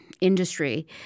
industry